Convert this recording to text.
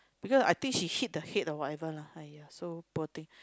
because I think she hit the head or whatever lah !aiya! so poor thing